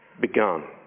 begun